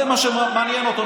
זה מה שמעניין אותו,